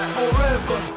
forever